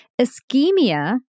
Ischemia